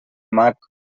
mac